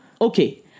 Okay